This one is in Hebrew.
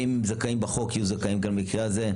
ואם הם יהיו זכאים בחוק הם יהיו זכאים גם במקרה הזה.